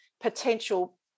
potential